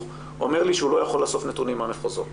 אומר לי הוא לא יכול לאסוף נתונים מהמחוזות.